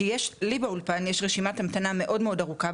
כי יש לי באולפן יש רשימת המתנה מאוד מאוד ארוכה,